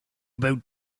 about